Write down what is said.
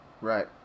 Right